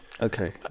okay